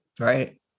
right